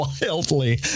wildly